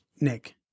Nick